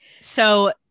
So-